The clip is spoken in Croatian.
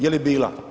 Je li bila?